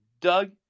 Doug